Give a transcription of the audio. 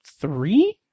three